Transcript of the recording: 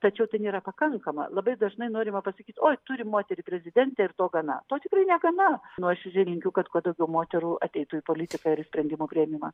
tačiau tai nėra pakankama labai dažnai norima pasakyt oi turim moterį prezidentę ir to gana to tikrai negana nuoširdžiai linkiu kad kuo daugiau moterų ateitų į politiką ir sprendimų priėmimą